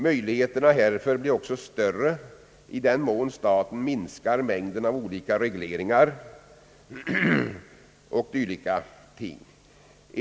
Möjligheterna härför blir också större i den mån staten minskar mängden av olika regleringar och dylika ting.